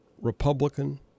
Republican